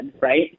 right